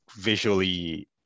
Visually